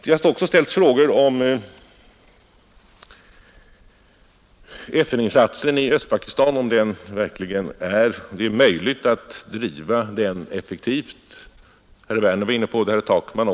Det har också ställts frågor, om det är möjligt att driva FN-insatsen i Östpakistan effektivt. Herr Werner i Malmö var inne på den frågan och herr Takman likaså.